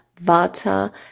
vata